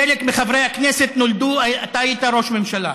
חלק מחברי הכנסת נולדו, אתה היית ראש ממשלה.